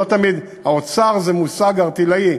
האוצר זה מושג ערטילאי,